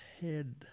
head